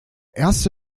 erste